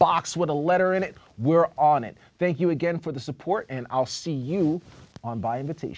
box with a letter in it we're on it thank you again for the support and i'll see you on by